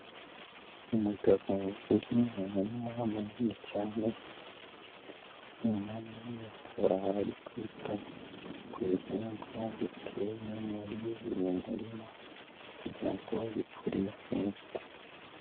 Umugabo uri murima munini cyane, wunamye, akaba ari kwita ku bihingwa biteye muri buri murima kugira ngo bikure neza.